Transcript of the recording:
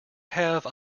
have